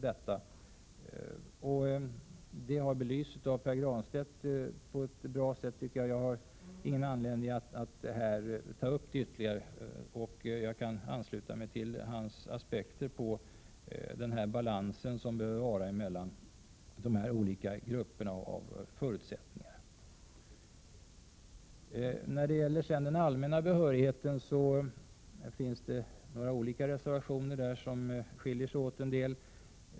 Detta har belysts på ett bra sätt av Pär Granstedt, tycker jag, så jag har ingen anledning att här ta upp det ytterligare utan kan ansluta mig till hans aspekter på den balans som behövs mellan de olika grupperna av förutsättningar. När det sedan gäller den allmänna behörigheten finns det några reservationer, som skiljer sig åt en del.